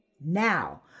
Now